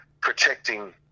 protecting